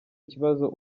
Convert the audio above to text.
kibazo